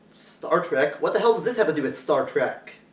star trek? what the hell does this have to do with star trek?